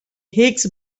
higgs